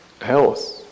health